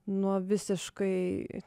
nuo visiškai